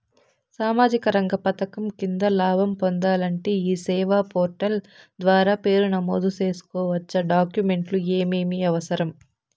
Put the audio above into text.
సామాజిక రంగ పథకం కింద లాభం పొందాలంటే ఈ సేవా పోర్టల్ ద్వారా పేరు నమోదు సేసుకోవచ్చా? డాక్యుమెంట్లు ఏమేమి అవసరం?